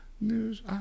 News